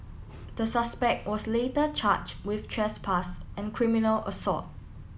the suspect was later charged with trespass and criminal assault